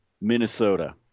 Minnesota